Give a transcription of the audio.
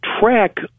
track